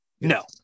no